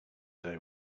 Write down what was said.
day